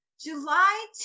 July